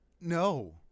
No